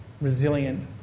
resilient